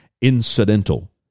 Incidental